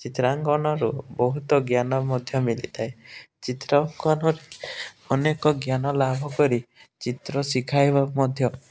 ଚିତ୍ରାଙ୍କନରୁ ବହୁତ ଜ୍ଞାନ ମଧ୍ୟ ମିଳିଥାଏ ଚିତ୍ରାଙ୍କନ ଅନେକ ଜ୍ଞାନ ଲାଭ କରି ଚିତ୍ର ଶିଖାଇବା ମଧ୍ୟ